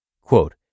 Quote